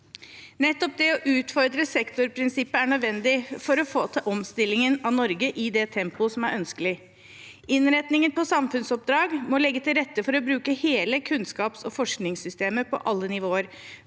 Nettopp det å utfordre sektorprinsippet er nødvendig for å få til omstillingen av Norge i det tempoet som er ønskelig. Innretningen på samfunnsoppdrag må legge til rette for å bruke hele kunnskaps- og forskningssystemet på alle nivåer,